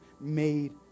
made